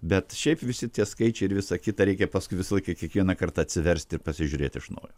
bet šiaip visi tie skaičiai ir visa kita reikia paskui visą laiką kiekvieną kartą atsiversti ir pasižiūrėt iš naujo